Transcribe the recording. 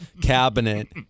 cabinet